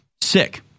sick